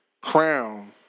Crown